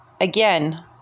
again